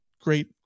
great